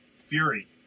Fury